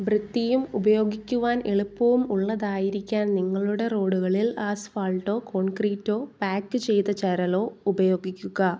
വൃത്തിയും ഉപയോഗിക്കുവാൻ എളുപ്പവും ഉള്ളതായിരിക്കാൻ നിങ്ങളുടെ റോഡുകളിൽ ആസ്ഫാൾട്ടോ കോൺക്രീറ്റോ പാക്ക് ചെയ്ത ചരലോ ഉപയോഗിക്കുക